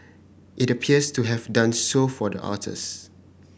it appears to have done so for the authors